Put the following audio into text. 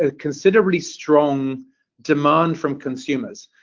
ah considerably strong demand from consumers.